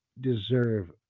deserve